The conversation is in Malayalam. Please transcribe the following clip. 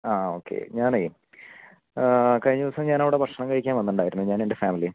ആ ഓക്കെ ഞാനെ കഴിഞ്ഞ ദിവസം ഞാൻ അവിടെ ഭക്ഷണം കഴിക്കാൻ വന്നിട്ടുണ്ടായിരുന്നു ഞാനും എൻ്റെ ഫാമിലിയും